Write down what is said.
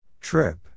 trip